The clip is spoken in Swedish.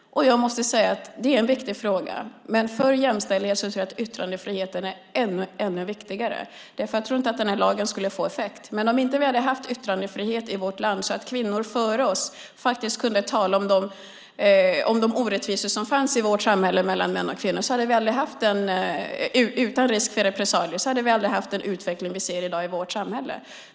Jag måste säga att detta är en viktig fråga, men för jämställdhet tror jag att yttrandefriheten är ännu viktigare, därför att jag tror inte att den här lagen skulle få effekt. Men om vi inte hade haft yttrandefrihet i vårt land, så att kvinnor före oss faktiskt kunde tala om de orättvisor som fanns i vårt samhälle mellan män och kvinnor utan risk för repressalier, hade vi aldrig haft den utveckling vi ser i dag i vårt samhälle.